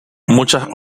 muchas